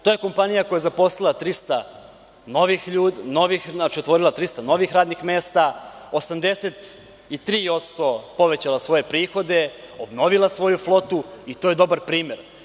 To je kompanija koja je zaposlila 300 novih ljudi, otvorila 300 novih radnih mesta, 83% povećala svoje prihode, obnovila svoju flotu i to je dobar primer.